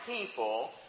people